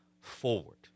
forward